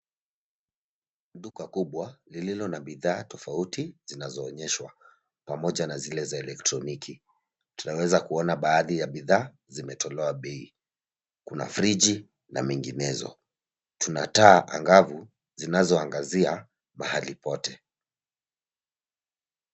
Duka kubwa lililo na bidhaa tofauti zinazoonyeshwa, pamoja na zile za elektroniki. Tunaweza kuona baadhi ya bidhaa zimetolewa bei. Kuna friji na minginezo. Kuna taa angavu zinazoangazia pahali pote.